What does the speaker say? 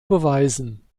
beweisen